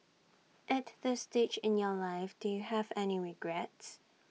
at this stage in your life do you have any regrets